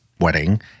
wedding